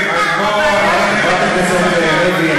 חברת הכנסת לוי,